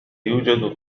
يوجد